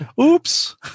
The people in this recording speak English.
Oops